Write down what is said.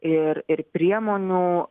ir ir priemonių